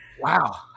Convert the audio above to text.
Wow